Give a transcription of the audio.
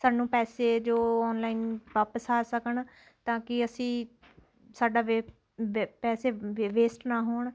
ਸਾਨੂੰ ਪੈਸੇ ਜੋ ਆਨਲਾਈਨ ਵਾਪਸ ਆ ਸਕਣ ਤਾਂ ਕਿ ਅਸੀਂ ਸਾਡਾ ਵੇ ਪੈਸੇ ਵੇਸਟ ਨਾ ਹੋਣ